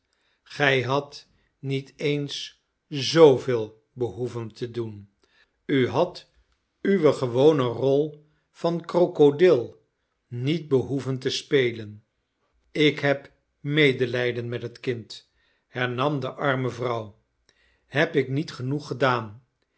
gij hadt niet eens zooveel behoeven te doen gij hadt uwe gewone rol van krokodil niet behoeven te spelen ik heb medelijden met het kind hernam de arme vrouw heb ik niet genoeg gedaan